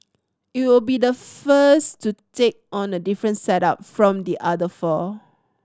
it will be the first to take on a different setup from the other four